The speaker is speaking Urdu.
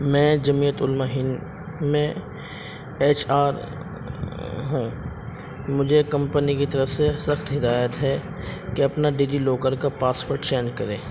میں جمیعت علماء ہند میں ایچ آر ہوں مجھے کمپنی کی طرف سے سخت ہدایت ہے کہ اپنا ڈی جی لاکر کا پاسورڈ چینج کریں